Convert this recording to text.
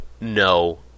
no